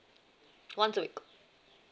once a week